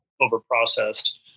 over-processed